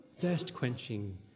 Thirst-quenching